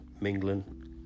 mingling